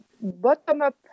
bottom-up